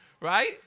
Right